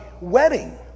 wedding